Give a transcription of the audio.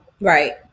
right